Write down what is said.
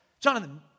Jonathan